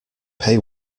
pay